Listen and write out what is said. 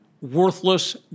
worthless